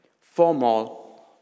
formal